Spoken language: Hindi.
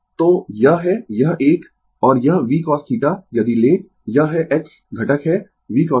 तो यह है यह एक और यह v cosθ यदि लें यह है x घटक है v cosθ